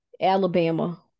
Alabama